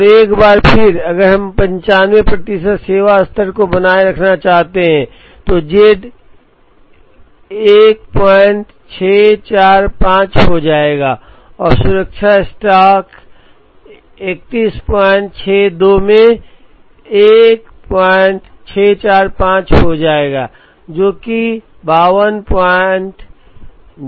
और एक बार फिर अगर हम 95 प्रतिशत सेवा स्तर को बनाए रखना चाहते हैं तो z 1645 हो जाएगा और सुरक्षा स्टॉक 3162 में 1645 हो जाएगा जो कि 5201 है